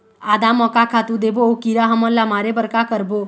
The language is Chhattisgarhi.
आदा म का खातू देबो अऊ कीरा हमन ला मारे बर का करबो?